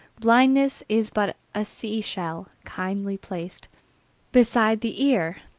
blindness is but a sea-shell kindly placed beside the ear,